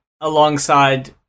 alongside